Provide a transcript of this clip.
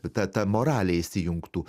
ta ta moralė įsijungtų